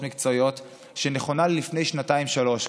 מקצועיות שנכונה לפני שנתיים-שלוש,